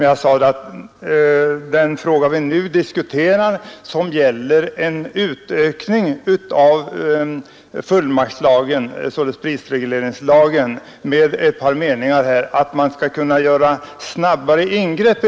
Jag sade att den fråga vi nu diskuterar gäller en utökning av fullmaktslagen, dvs. prisregleringslagen, med ett par meningar, innebärande att man skall kunna göra snabbare ingrepp.